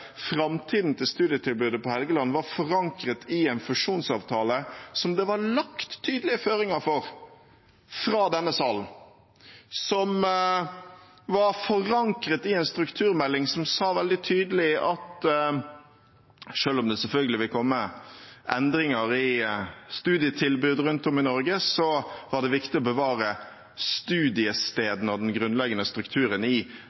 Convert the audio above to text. var lagt tydelige føringer for fra denne salen, og som var forankret i en strukturmelding som sa veldig tydelig at selv om det selvfølgelig ville komme endringer i studietilbudet rundt om i Norge, var det viktig å bevare studiestedene og den grunnleggende strukturen i